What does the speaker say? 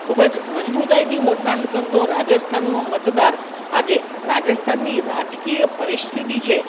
ખૂબ જ મજબૂતાઈથી મતદાન કરતો રાજસ્થાનનો મતદાર આજે રાજસ્થાનની રાજકીય પરિસ્થિતિ છે